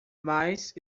mas